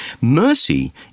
Mercy